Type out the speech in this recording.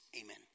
amen